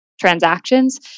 transactions